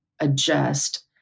adjust